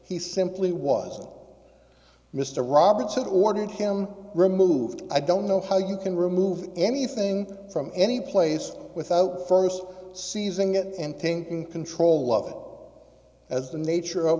he simply wasn't mr roberts had ordered him removed i don't know how you can remove anything from anyplace without first seizing it and thinking control of it as the nature of